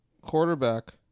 quarterback